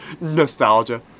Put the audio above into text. Nostalgia